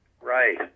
Right